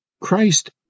Christ